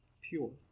pure